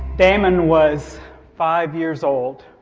damon was five years old